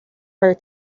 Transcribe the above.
her